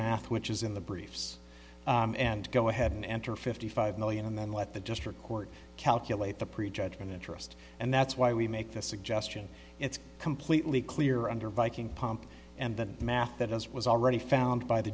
math which is in the briefs and go ahead and enter fifty five million and then let the district court calculate the pre judgment interest and that's why we make the suggestion it's completely clear under viking pump and the math that is was already found by the